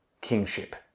kingship